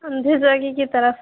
اندھے چوکی کی طرف